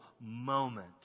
moment